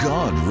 God